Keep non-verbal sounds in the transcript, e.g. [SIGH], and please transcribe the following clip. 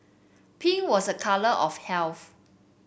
pink was a colour of [UNINTELLIGIBLE]